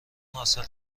حاصل